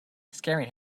scaring